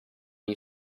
you